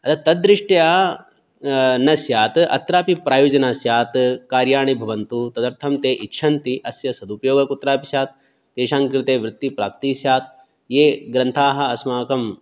तद्दृष्ट्या न स्यात् अत्रापि प्रायोजनं स्यात् कार्याणि भवन्तु तदर्थं ते इच्छन्ति अस्य सदुपयोगः कुत्रापि स्यात् तेषां कृते वृत्तिप्राप्तिः स्यात् ये ग्रन्थाः अस्माकं